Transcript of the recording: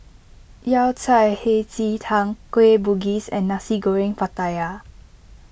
Yao Cai Hei Ji Tang Kueh Bugis and Nasi Goreng Pattaya